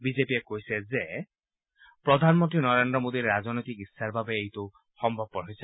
বিজেপিয়ে কৈছে যে প্ৰধানমন্ত্ৰী নৰেন্দ্ৰ মোদীৰ ৰাজনৈতিক ইচ্ছাৰ বাবেই এইটো সম্ভৱপৰ হৈছে